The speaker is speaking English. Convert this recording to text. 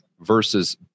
versus